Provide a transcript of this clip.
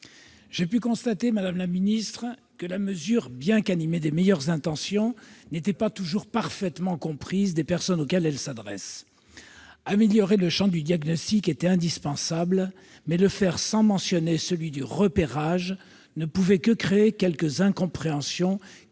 J'ai pu constater, madame la ministre, que la mesure, bien qu'animée des meilleures intentions, n'était pas toujours parfaitement comprise des personnes auxquelles elle s'adresse. Améliorer le champ du diagnostic était indispensable, mais le faire sans mentionner celui du repérage ne pouvait que créer quelques incompréhensions,